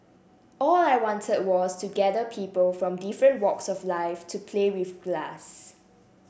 all I want was to gather people from different walks of life to play with glass